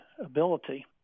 ability